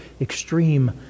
extreme